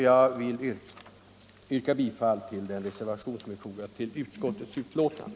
Jag yrkar bifall till den reservation som är fogad till utskottets betänkande.